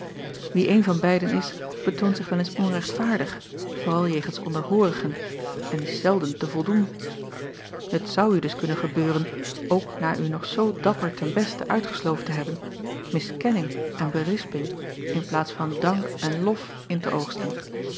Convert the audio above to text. ie een van beiden is betoont zich wel eens onrechtvaardig vooral jegens onderhoorigen en is zelden te voldoen et zou u dus kunnen gebeuren ook na u nog zoo dapper ten acob van ennep laasje evenster delen beste uitgesloofd te hebben miskenning en berisping in plaats van dank en lof in te oogsten